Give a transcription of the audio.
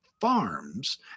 farms